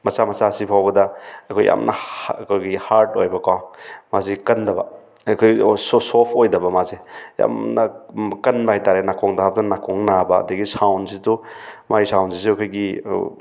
ꯃꯆꯥ ꯃꯆꯥꯁꯤ ꯐꯥꯎꯕꯗ ꯑꯩꯈꯣꯏ ꯌꯥꯝꯅ ꯑꯩꯈꯣꯏꯒꯤ ꯍꯥꯔꯠ ꯑꯣꯏꯕ ꯀꯣ ꯃꯥꯁꯤ ꯀꯟꯗꯕ ꯑꯩꯈꯣꯏ ꯁꯣꯐ ꯑꯣꯏꯗꯕ ꯃꯥꯁꯦ ꯌꯥꯝꯅ ꯀꯟꯕ ꯍꯥꯏꯇꯥꯔꯦ ꯅꯥꯀꯣꯡꯗ ꯍꯥꯞꯄꯗ ꯅꯥꯀꯣꯡ ꯅꯥꯕ ꯑꯗꯒꯤ ꯁꯥꯎꯟꯁꯤꯁꯨ ꯃꯥꯒꯤ ꯁꯥꯎꯟꯁꯤꯁꯨ ꯑꯩꯈꯣꯏꯒꯤ